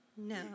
No